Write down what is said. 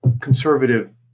conservative